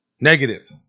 Negative